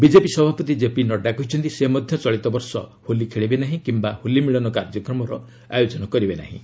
BJP ସଭାପତି ଜେପି ନଡ୍ରା କହିଛନ୍ତି ସେ ମଧ୍ୟ ଚଳିତ ବର୍ଷ ହୋଲି ଖେଳିବେ ନାହିଁ କିୟା ହୋଲି ମିଳନ କାର୍ଯ୍ୟକ୍ରମର ଆୟୋଜନ କରିବେ ନାହିଁ